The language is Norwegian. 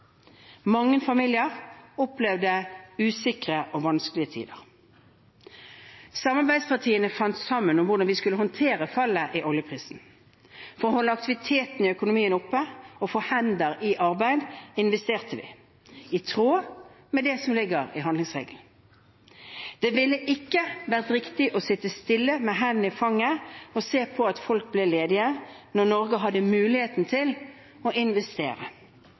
Mange familier opplevde usikre og vanskelige tider. Samarbeidspartiene fant sammen om hvordan vi skulle håndtere fallet i oljeprisen. For å holde aktiviteten i økonomien oppe og få hender i arbeid investerte vi i tråd med det som ligger i handlingsregelen. Det ville ikke vært riktig å sitte stille med hendene i fanget og se på at folk ble ledige, når Norge hadde muligheten til å investere.